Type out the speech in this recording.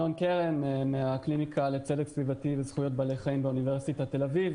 אני מהקליניקה לצדק סביבתי וזכויות בעלי חיים באוניברסיטת תל אביב,